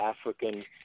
African